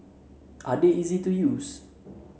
are they easy to use